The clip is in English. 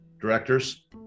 directors